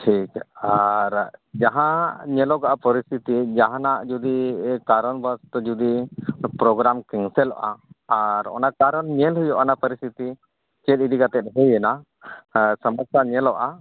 ᱴᱷᱤᱠᱟ ᱟᱨ ᱡᱟᱦᱟᱸ ᱧᱮᱞᱚᱜᱚᱜᱼᱟ ᱯᱚᱨᱤᱥᱛᱷᱤᱛᱤ ᱡᱟᱦᱟᱱᱟᱜ ᱡᱩᱫᱤ ᱠᱟᱨᱚᱱ ᱵᱚᱥᱚᱛᱚ ᱡᱩᱫᱤ ᱯᱨᱳᱜᱨᱟᱢ ᱠᱮᱱᱥᱮᱞᱚᱜᱼᱟ ᱟᱨ ᱚᱱᱟ ᱠᱟᱨᱚᱱ ᱧᱮᱞ ᱦᱩᱭᱩᱜᱼᱟ ᱚᱱᱟ ᱯᱚᱨᱤᱥᱛᱷᱤᱛᱤ ᱪᱮᱫ ᱤᱫᱤ ᱠᱟᱛᱮᱫ ᱦᱩᱭᱮᱱᱟ ᱥᱚᱢᱚᱥᱥᱟ ᱧᱮᱞᱚᱜᱼᱟ